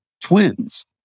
twins